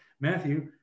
Matthew